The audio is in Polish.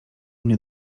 mnie